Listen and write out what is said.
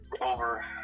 over